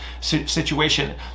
situation